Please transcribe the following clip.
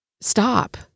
stop